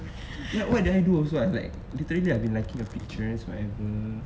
like what did I do also like literally have been liking her pictures whatever